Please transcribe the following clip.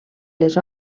les